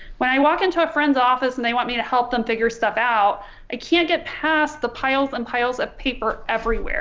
when i walk into a friend's office and they want me to help them figure stuff out i can't get past the piles and piles of paper everywhere